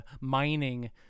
mining